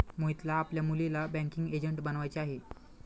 मोहितला आपल्या मुलीला बँकिंग एजंट बनवायचे आहे